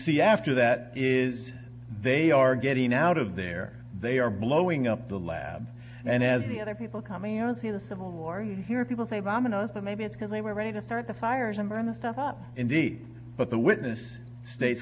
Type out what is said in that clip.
see after that is they are getting out of there they are blowing up the lab and as the other people come and see the civil war you hear people say bombing us that maybe it's because they were ready to start the fires and burn the stuff up indeed but the witness states